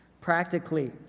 Practically